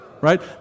Right